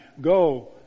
Go